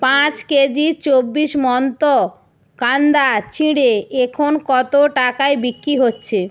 পাঁচ কেজি চব্বিশ মন্ত্র কান্দা চিড়ে এখন কত টাকায় বিক্রি হচ্ছে